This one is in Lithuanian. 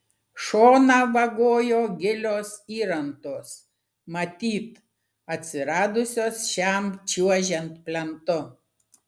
šoną vagojo gilios įrantos matyt atsiradusios šiam čiuožiant plentu